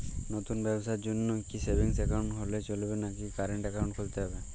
নতুন ব্যবসার জন্যে কি সেভিংস একাউন্ট হলে চলবে নাকি কারেন্ট একাউন্ট খুলতে হবে?